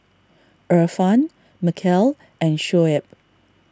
Irfan Mikhail and Shoaib